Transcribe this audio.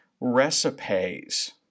Recipes